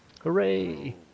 hooray